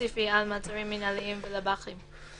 ספציפי על מעצרים מינהליים ולב"חים?